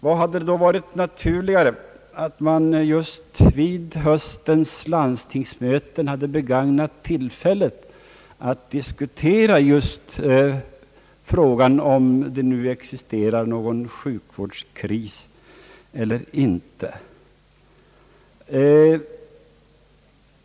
Vad hade då varit naturligare än att man just vid höstens landstingsmöten hade begagnat tillfället att diskutera frågan om det nu existerar någon sjukvårdskris eller inte.